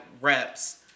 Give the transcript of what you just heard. reps